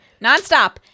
nonstop